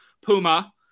Puma